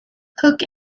hook